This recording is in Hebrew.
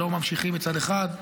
שלא ממשיכים מצד אחד,